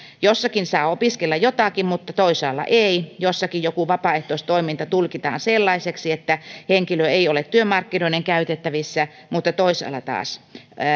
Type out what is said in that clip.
jossakin saa opiskella jotakin mutta toisaalla ei jossakin joku vapaaehtoistoiminta tulkitaan sellaiseksi että henkilö ei ole työmarkkinoiden käytettävissä mutta toisaalla taas